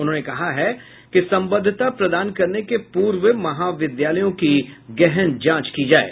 उन्होंने कहा है कि संबद्धता प्रदान करने के पूर्व महाविद्यालयों की गहन जांच की जाये